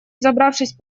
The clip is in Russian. взобравшись